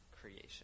creation